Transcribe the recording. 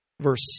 verse